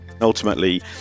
Ultimately